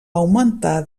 augmentar